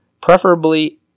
preferably